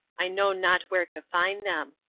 i know not where to find them.